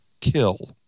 kill